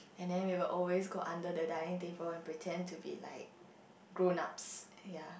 and then we will always go under the dining table and pretend to be like grown ups ya